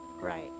Right